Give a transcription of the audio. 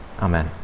Amen